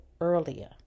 earlier